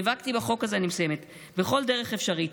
"נאבקתי בחוק הזה בכל דרך אפשרית,